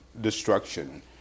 destruction